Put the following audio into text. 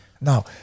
Now